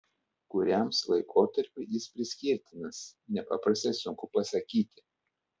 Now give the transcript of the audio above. kuriams laikotarpiui jis priskirtinas nepaprastai sunku pasakyti